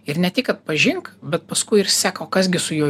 ir ne tik atpažink bet paskui ir sek o kas gi su juo